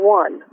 one